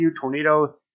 Tornado